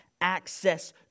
access